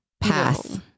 pass